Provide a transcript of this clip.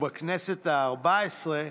ובכנסת הארבע-עשרה,